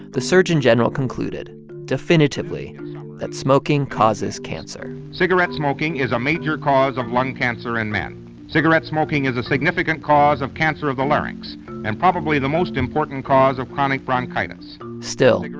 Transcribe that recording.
the surgeon general concluded definitively that smoking causes cancer cigarette smoking is a major cause of lung cancer in men. cigarette smoking is a significant cause of cancer of the larynx and probably the most important cause of chronic bronchitis still,